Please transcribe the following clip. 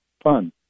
fun